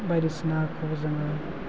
बायदिसिनाखौ जोङो